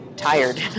tired